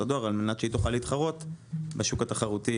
הדואר על מנת שהיא תוכל להתחרות בשוק התחרותי.